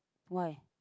why